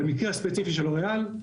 במקרה הספציפי של לוריאל,